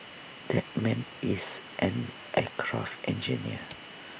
that man is an aircraft engineer